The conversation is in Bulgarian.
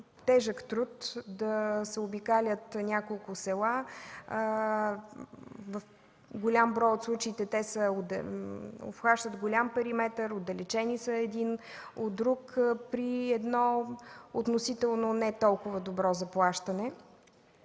тежък труд – да се обикалят няколко села. В голям брой от случаите те обхващат голям периметър, отдалечени са едно от друго, при едно относително не толкова добро заплащане.